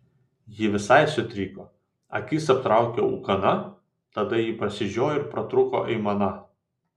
ji visai sutriko akis aptraukė ūkana tada ji prasižiojo ir pratrūko aimana